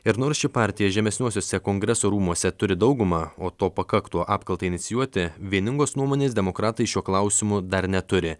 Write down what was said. ir nors ši partija žemesniuosiuose kongreso rūmuose turi daugumą o to pakaktų apkaltai inicijuoti vieningos nuomonės demokratai šiuo klausimu dar neturi